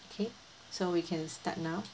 okay so we can start now